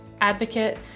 advocate